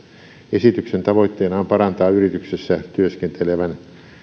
esityksen tavoitteena on parantaa yrityksessä työskentelevän